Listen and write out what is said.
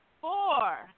four